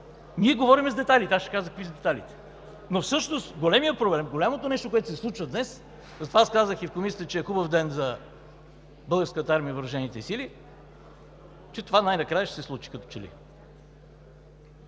Ние говорим с детайли и ще Ви кажа какви са детайлите. Всъщност големият проблем, голямото нещо, което се случва днес, затова казах и в Комисията – хубав ден за Българската армия и въоръжените сили е, че това най-накрая ще се случи. Кое